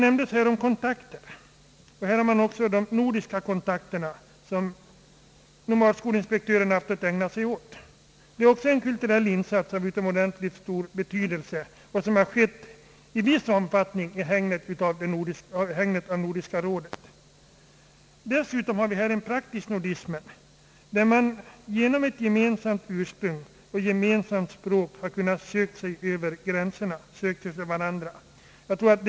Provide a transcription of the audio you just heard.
Nomadskolinspektören har haft att ägna sig åt de nordiska kontakterna. Det är också en kulturell insats av utomordentligt stor betydelse som har skett i viss omfattning i hägnet av Nordiska rådet. Dessutom har vi här en praktisk nordism. På grund av sitt gemensamma ursprung och det gemensamma språket har samerna kunnat söka sig till varandra över gränserna.